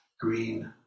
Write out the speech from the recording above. green